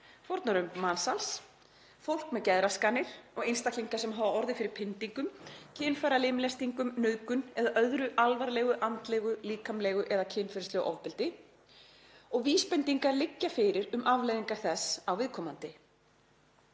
fórnarlömb mansals, fólk með geðraskanir og einstaklingar sem hafa orðið fyrir pyndingum, kynfæralimlestingum, nauðgun eða öðru alvarlegu andlegu, líkamlegu eða kynferðislegu ofbeldi og vísbendingar liggja fyrir um afleiðingar þess á viðkomandi.